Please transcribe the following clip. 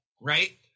right